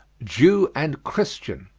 jew and christian.